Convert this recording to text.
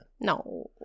No